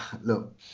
look